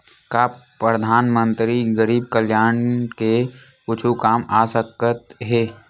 का परधानमंतरी गरीब कल्याण के कुछु काम आ सकत हे